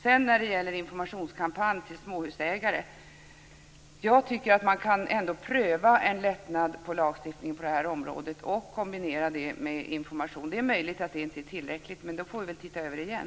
När det gäller frågan om en informationskampanj riktad till småhusägare tycker jag att man ändå kan pröva en lättnad i lagstiftningen på det här området och kombinera det med information. Det är möjligt att det inte är tillräckligt men då får vi väl se över det igen.